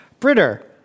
Britter